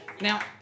Now